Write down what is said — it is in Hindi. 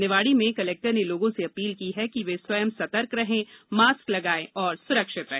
निवाड़ी में कलेक्टर ने लोगों से अपील की है कि वे स्वयं सतर्क रहें मास्क लगाएं और सुरक्षित रहे